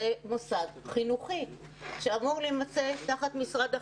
זה מוסד חינוכי שאמור להימצא תחת משרד החינוך,